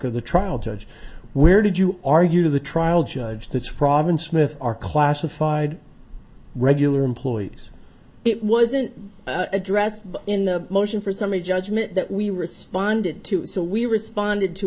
of the trial judge where did you argue to the trial judge that's province smith are classified regular employees it wasn't addressed in the motion for summary judgment that we responded to so we responded to